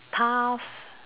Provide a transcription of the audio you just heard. path